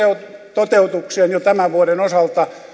toteutukseen jo tämän vuoden osalta